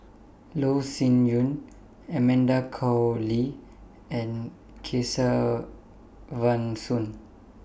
Loh Sin Yun Amanda Koe Lee and Kesavan Soon